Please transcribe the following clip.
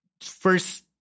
first